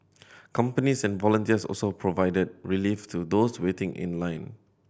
companies and volunteers also provided relief to those waiting in line